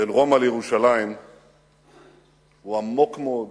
בין רומא לירושלים הוא עמוק מאוד